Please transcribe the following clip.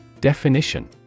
Definition